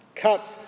cuts